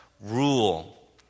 rule